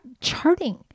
charting